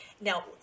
Now